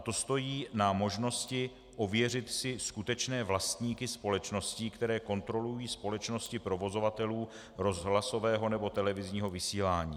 To stojí na možnosti ověřit si skutečné vlastníky společností, které kontrolují společnosti provozovatelů rozhlasového nebo televizního vysílání.